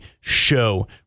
show